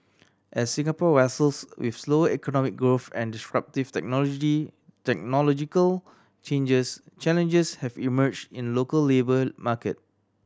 as Singapore wrestles with slower economic growth and disruptive technology technological changes challenges have emerged in local labour market